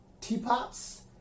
Teapots